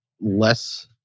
less